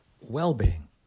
well-being